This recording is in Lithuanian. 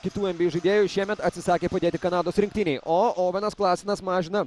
kitų nba žaidėjų šiemet atsisakė padėti kanados rinktinei o ovenas klasenas mažina